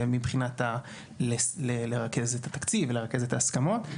מבחינת לרכז את התקציב ולרכז את ההסכמות,